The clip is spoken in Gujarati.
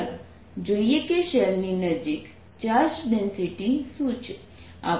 ચાલો જોઈએ કે શેલની નજીક ચાર્જ ડેન્સિટી શું છે